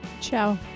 Ciao